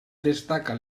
destaca